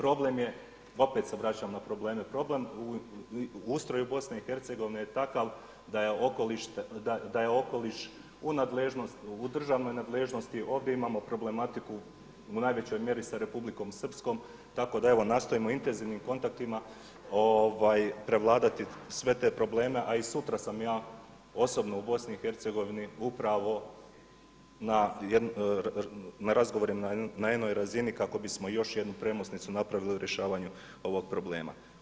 Problem je, opet se vraćam na probleme, problem u ustroju Bosne i Hercegovine je takav da je okoliš u državnoj nadležnosti, ovdje imamo problematiku u najvećoj mjeri sa Republikom Srpskom tako da evo nastojimo intenzivnim kontaktima prevladavati sve te probleme a i sutra sam ja osobno u Bosni i Hercegovini upravo na razgovorima na jednoj razini kako bismo još jednu premosnicu napravili u rješavanju ovog problema.